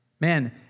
Man